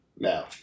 now